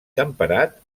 temperat